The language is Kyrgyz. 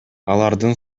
алардын